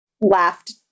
laughed